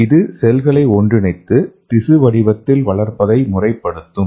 இது செல்களை ஒன்றிணைத்து திசு வடிவத்தில் வளர்ப்பதை முறைப்படுத்தும்